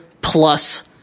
plus